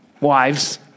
Wives